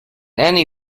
any